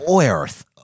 Earth